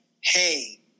hey